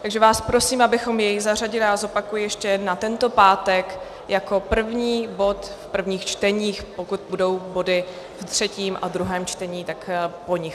Takže vás prosím, abychom jej zařadili, zopakuji ještě, na tento pátek jako první bod prvních čtení, pokud budou body v třetím a druhém čtení, tak po nich.